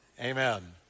Amen